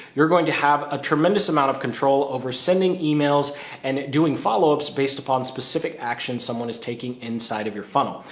you're going to have a tremendous amount of control over sending emails and doing follow-ups based upon specific actions someone is taking inside of your funnel.